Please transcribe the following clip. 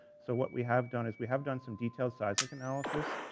so what we have done is we have done some detailed seismic analysis